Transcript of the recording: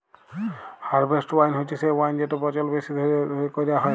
harvest wine হছে সে wine যেটর পচল বেশি দিল ধ্যইরে ক্যইরা হ্যয়